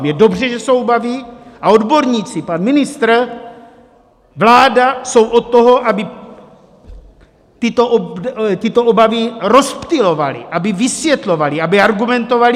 Je dobře, že jsou obavy a odborníci, pan ministr, vláda jsou od toho, aby tyto obavy rozptylovali, aby vysvětlovali, aby argumentovali.